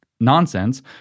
nonsense